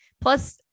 Plus